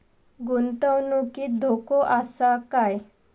गुंतवणुकीत धोको आसा काय?